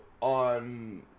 on